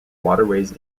waterways